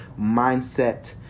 mindset